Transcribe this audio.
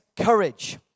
courage